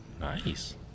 Nice